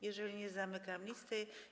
Jeżeli nie, zamykam listę.